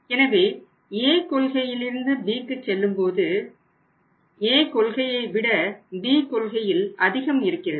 எனவே A கொள்கையிலிருந்து Bக்கு செல்லும்போது A கொள்கையை விட B கொள்கையில் அதிகம் இருக்கிறது